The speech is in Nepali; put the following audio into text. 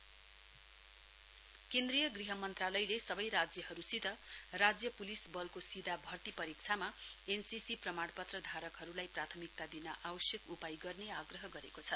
एमएचए एनसीसी केन्द्रीय गृह मन्त्रालयले सबै राज्यहरूसित राज्य पुलिस बलको सीधा भर्ती परीक्षामा एनसीसी प्रमाणपत्र धारकहरूलाई प्राथमिकता दिन आवश्यक उपाय गर्ने आग्रह गरेको छ